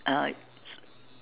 uh